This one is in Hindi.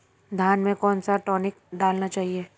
धान में कौन सा टॉनिक डालना चाहिए?